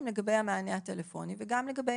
בשנה הקרובה, גם במחקר